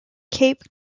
cape